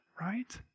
right